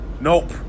Nope